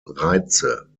reize